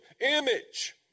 image